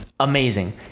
Amazing